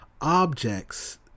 objects